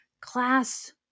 class